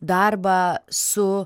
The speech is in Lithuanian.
darbą su